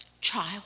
child